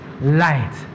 light